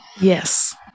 Yes